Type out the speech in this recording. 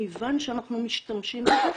כיוון שאנחנו משתמשים בזה,